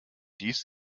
dies